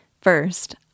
First